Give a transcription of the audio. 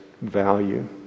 value